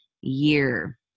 year